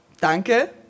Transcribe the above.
Danke